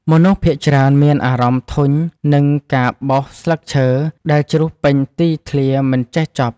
មនុស្សភាគច្រើនមានអារម្មណ៍ធុញនឹងការបោសស្លឹកឈើដែលជ្រុះពេញទីធ្លាមិនចេះចប់។